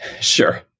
Sure